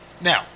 Now